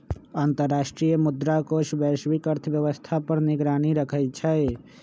अंतर्राष्ट्रीय मुद्रा कोष वैश्विक अर्थव्यवस्था पर निगरानी रखइ छइ